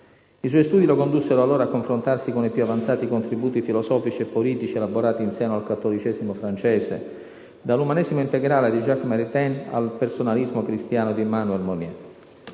I suoi studi lo condussero allora a confrontarsi con i più avanzati contributi filosofici e politici elaborati in seno al cattolicesimo francese, dall'umanesimo integrale di Jacques Maritain al personalismo cristiano di Emmanuel Mounier.